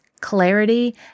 clarity